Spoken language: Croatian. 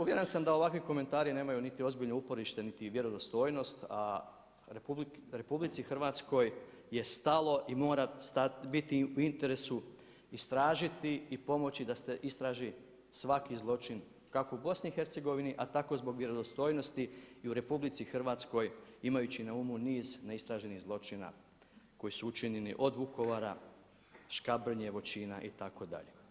Uvjeren sam da ovakvi komentari nemaju niti ozbiljno uporište niti vjerodostojnost a RH je stalo i mora biti u interesu istražiti i pomoći da se istraži svaki zločin kako u BIH a tako zbog vjerodostojnosti i u RH imajući na umu niz neistraženih zločina koji su učinjeni od Vukovara, Škabrnje, Vočina itd.